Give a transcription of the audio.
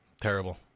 terrible